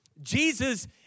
Jesus